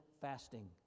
fasting